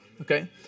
okay